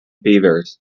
fevers